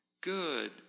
Good